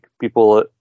people